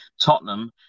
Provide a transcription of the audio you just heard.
Tottenham